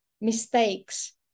mistakes